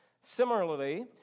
Similarly